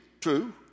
true